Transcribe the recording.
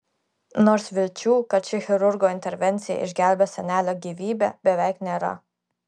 nors vilčių kad ši chirurgo intervencija išgelbės senelio gyvybę beveik nėra